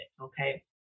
okay